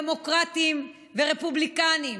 דמוקרטים ורפובליקנים,